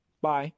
Bye